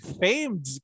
famed